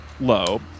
low